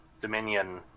Dominion